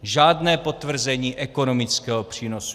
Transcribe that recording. Žádné potvrzení ekonomického přínosu.